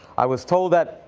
i was told that,